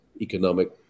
economic